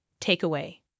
Takeaway